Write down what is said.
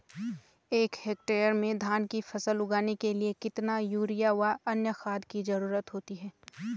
एक हेक्टेयर में धान की फसल उगाने के लिए कितना यूरिया व अन्य खाद की जरूरत होती है?